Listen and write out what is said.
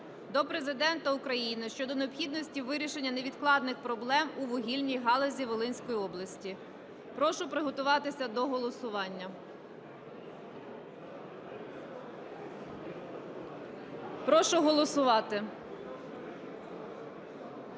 до Президента України щодо необхідності вирішення невідкладних проблем у вугільній галузі Волинської області. Прошу приготуватися до голосування. Прошу голосувати.